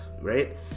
right